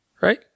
Right